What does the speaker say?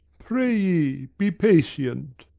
pray ye, be patient.